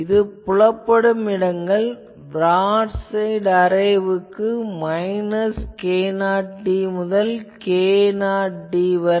இந்த புலப்படும் இடங்கள் பிராடு சைட் அரேவுக்கு மைனஸ் k0d முதல் k0d வரை